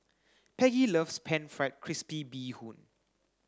Peggy loves pan fried crispy Bee Hoon